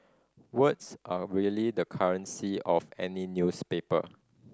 words are really the currency of any newspaper